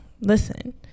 listen